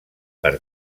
per